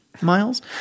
miles